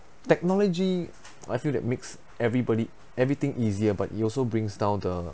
technology I feel that makes everybody everything easier but it also brings down the